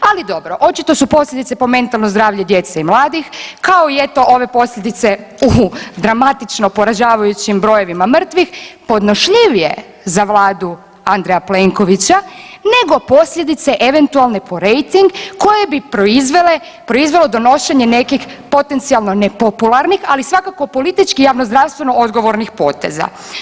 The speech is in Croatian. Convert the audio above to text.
Ali dobro, očito su posljedice po mentalno zdravlje djece i mladih kao i eto ove posljedice u dramatično poražavajućim brojevima mrtvih podnošljivije za Vladu Andreja Plenkovića, nego posljedice eventualne po rejting koje bi proizvelo donošenje nekih potencijalno nepopularnih, ali svakako politički i javno-zdravstveno odgovornih poteza.